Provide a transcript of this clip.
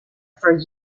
for